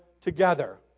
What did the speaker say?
together